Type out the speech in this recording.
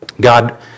God